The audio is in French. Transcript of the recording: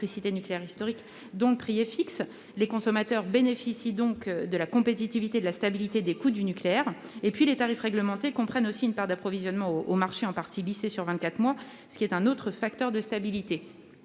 nucléaire historique, dont le prix est fixe. Les consommateurs bénéficient donc de la compétitivité et de la stabilité des coûts du nucléaire. Ensuite, les tarifs réglementés comprennent aussi une part d'approvisionnement aux marchés en partie lissée sur vingt-quatre mois, ce qui est un autre facteur de stabilité.